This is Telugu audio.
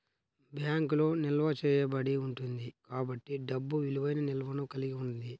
బ్యాంకులో నిల్వ చేయబడి ఉంటుంది కాబట్టి డబ్బు విలువైన నిల్వను కలిగి ఉంది